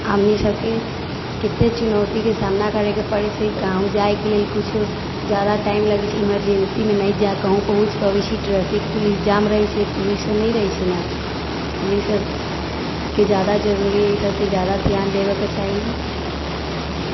हमनि सबके कतै चुनौतीके सामना करैके पड़ै छै गाँव जाइके लेल कुछो जादा टाइम लगै छै इमर्जेन्सीमे नहि जाइ कहुँ पहुँच पबै छी ट्रैफिक पुलिस जाम रहै छै पुलिस सब नहि रहै छै नहि पुलिस सबके जादा जरुरी ई सबके जादा ध्यान देबैके चाही